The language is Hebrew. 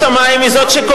אז תתקנו.